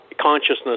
consciousness